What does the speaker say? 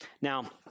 Now